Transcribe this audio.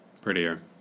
Prettier